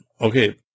Okay